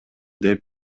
деп